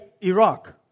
Iraq